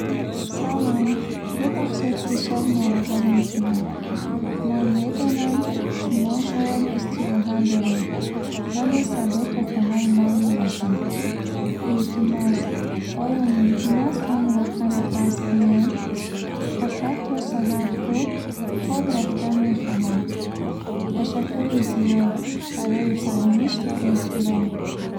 Салом, бубахшед, ки шаб нороҳат мекунам. Ман медонам, шумо шояд истироҳат доред, вале садо то хонаи ман мерасад. Илтимос, оё мумкин аст онро каме паст кунед? Фақат то саҳар хуб хоб рафтан мехоҳам. Ташаккури зиёд барои фаҳмиш ва эҳтиром.